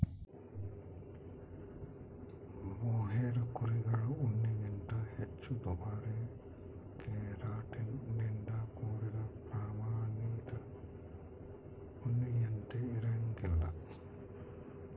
mohair ಕುರಿಗಳ ಉಣ್ಣೆಗಿಂತ ಹೆಚ್ಚು ದುಬಾರಿ ಕೆರಾಟಿನ್ ನಿಂದ ಕೂಡಿದ ಪ್ರಾಮಾಣಿತ ಉಣ್ಣೆಯಂತೆ ಇರಂಗಿಲ್ಲ